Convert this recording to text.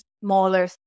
smaller